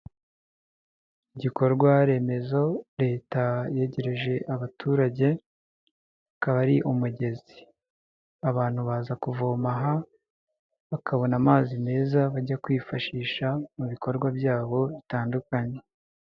Igikorwa remezo leta yegereje abaturage akaba ari umugezi, abantu baza kuvoma aha bakabona amazi meza bajya kwifashisha mu bikorwa byabo bitandukanye.